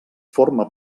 forma